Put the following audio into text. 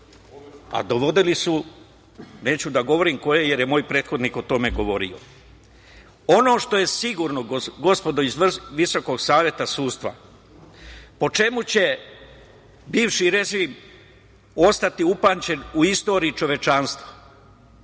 Dovodili su, neću da govorim koje jer je moj prethodnik o tome govorio. Ono što je sigurnosti, gospodo iz Visokog saveta sudstva, po čemu će bivši režim ostati upamćen u istoriji čovečanstva